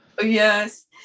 Yes